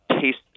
taste